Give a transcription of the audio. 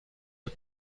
بود